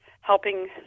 helping